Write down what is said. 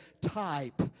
type